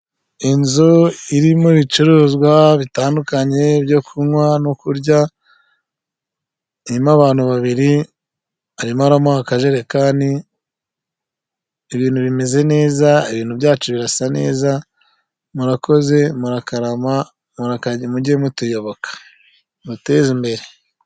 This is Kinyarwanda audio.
Inzu irimo ibicuruzwa bitandukanye byo kunywa no kurya irimo abantu babiri, arimo aramuha akajerekani ibintu bimeze neza, ibintu byacu birasa neza murakoze murakarama munge mutuyoboka muduteze imbere.